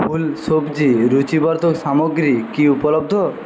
ফুল সবজি রুচিবর্ধক সামগ্রী কি উপলব্ধ